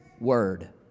word